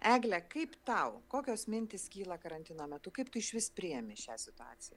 egle kaip tau kokios mintys kyla karantino metu kaip tu išvis priimi šią situaciją